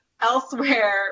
elsewhere